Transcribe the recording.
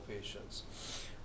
patients